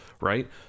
right